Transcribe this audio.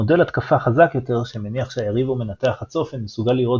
מודל התקפה חזק יותר שמניח שהיריב או מנתח הצופן מסוגל לראות